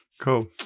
cool